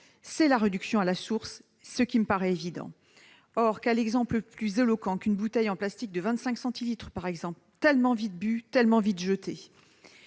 c'est la réduction à la source, ce qui me paraît évident. Or quel exemple plus éloquent qu'une bouteille en plastique de 25 centilitres, par exemple, tellement vite bue, tellement vite jetée ?